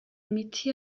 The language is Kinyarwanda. imiti